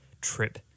trip